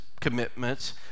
commitments